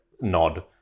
nod